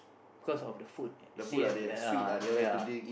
because of the food you see uh ya